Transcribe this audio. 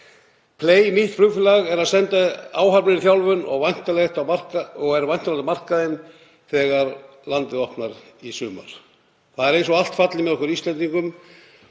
því. Nýtt flugfélag, Play, er að senda áhafnir í þjálfun og er væntanlegt á markaðinn þegar landið opnar í sumar. Það er eins og allt falli með okkur Íslendingum.